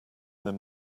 there